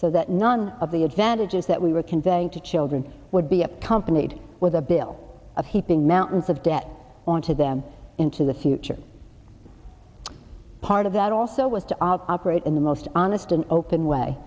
so that none of the advantages that we were conveying to children would be accompanied with a bill of heaping mountains of debt on to them into the future part of that also was to operate in the most honest and open way